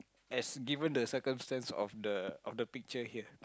as given the circumstance of the of the picture here